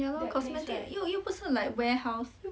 ya lor cosmetic 又又不是 like warehouse